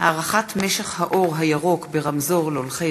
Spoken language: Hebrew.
עמר בר-לב,